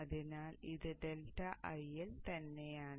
അതിനാൽ ഇത് ∆IL തന്നെയാണ്